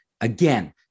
Again